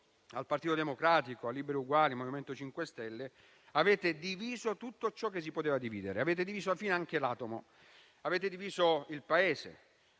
del Partito Democratico, di Liberi e Uguali e del Movimento 5 Stelle, avete diviso tutto ciò che si poteva dividere. Alla fine, avete diviso anche l'atomo e avete diviso il Paese.